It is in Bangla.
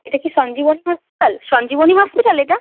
এটা কি সঞ্জীব হসপিটাল সঞ্জীবনী হসপিটাল এটা